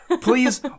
please